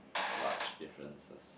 large differences